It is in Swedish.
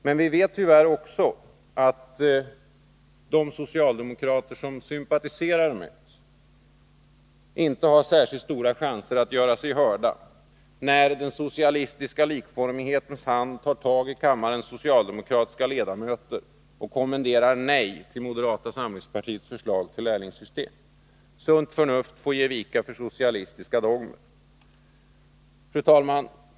Men vi vet tyvärr också att de socialdemokrater som sympatiserar med oss inte har stora chanser att göra sig hörda, när den socialistiska likformighetens hand tar tag i kammarens socialdemokratiska ledamöter och kommenderar nej till moderata samlings partiets förslag till lärlingssystem. Sunt förnuft får ge vika för socialistiska dogmer. Fru talman!